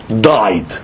died